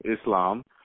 Islam